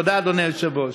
תודה, אדוני היושב-ראש.